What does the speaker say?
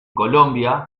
colombia